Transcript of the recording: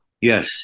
Yes